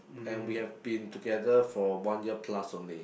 and we have been together for one year plus only